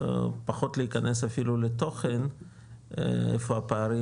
פחות להיכנס אפילו לתוכן איפה הפערים,